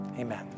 Amen